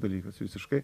dalykas visiškai